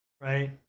right